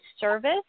service